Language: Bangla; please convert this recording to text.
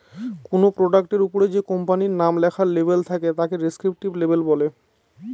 কোনো প্রোডাক্টের ওপরে যে কোম্পানির নাম লেখার লেবেল থাকে তাকে ডেস্ক্রিপটিভ লেবেল বলে